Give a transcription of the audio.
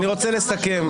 אני רוצה לסכם.